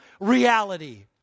reality